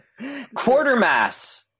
Quartermass